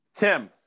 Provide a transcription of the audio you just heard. Tim